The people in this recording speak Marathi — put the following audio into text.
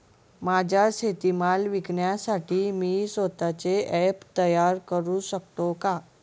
माझा शेतीमाल विकण्यासाठी मी स्वत:चे ॲप तयार करु शकतो का?